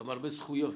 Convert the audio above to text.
גם הרבה זכויות.